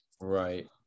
Right